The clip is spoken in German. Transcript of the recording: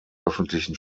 öffentlichen